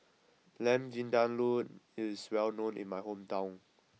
Lamb Vindaloo is well known in my hometown